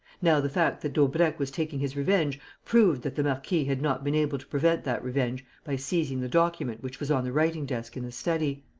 now the fact that daubrecq was taking his revenge proved that the marquis had not been able to prevent that revenge by seizing the document which was on the writing-desk in the study.